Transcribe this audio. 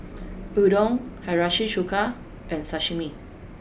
Udon Hiyashi Chuka and Sashimi